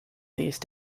these